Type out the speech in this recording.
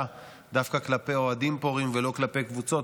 דווקא כלפי אוהדים פורעים ולא כלפי קבוצות,